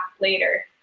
later